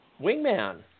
wingman